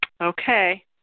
Okay